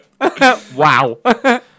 Wow